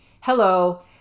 Hello